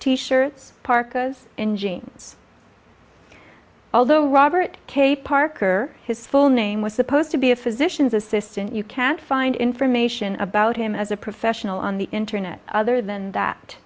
t shirts parkas in jeans although robert cape parker his full name was supposed to be a physician's assistant you can't find information about him as a professional on the internet other than that